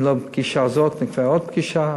אם לא בפגישה הזאת, נקיים עוד פגישה.